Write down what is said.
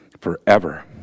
forever